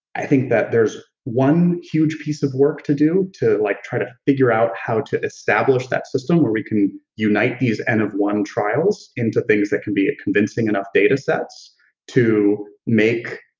i think that there's one huge piece of work to do to like try to figure out how to establish that system where we can unite these n of one trials into things that can be a convincing enough data sets to make.